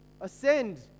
ascend